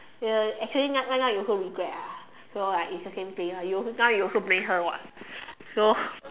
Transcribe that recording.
uh actually now right now you also regret lah so like it's the same thing ah you also now you also blame her [what] so